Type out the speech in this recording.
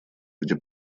где